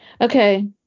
Okay